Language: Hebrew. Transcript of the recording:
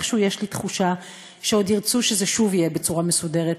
איכשהו יש לי תחושה שעוד ירצו שזה שוב יהיה בצורה מסודרת,